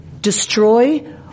destroy